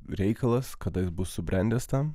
reikalas kada bus subrendęs tam